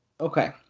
Okay